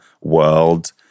world